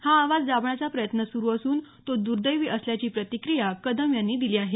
हा आवाज दाबण्याचा प्रयत्न सुरू असून तो द्र्दैंवी असल्याची प्रतिक्रिया कदम यांनी दिली आहे